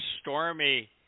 stormy